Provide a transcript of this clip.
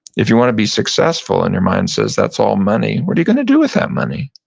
if you wanna be successful and your mind says, that's all money, what are you gonna do with that money?